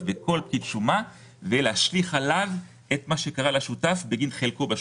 בכל תיק שומה כדי להשליך עליו את מה שקרה לשותף בגין חלקו בשותפות.